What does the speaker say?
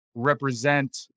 represent